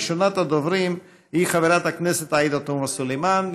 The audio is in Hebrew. ראשונת הדוברים היא חברת הכנסת עאידה תומא סלימאן,